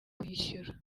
kuyishyura